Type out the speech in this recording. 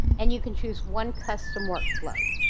and you can choose one custom workflow.